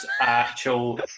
actual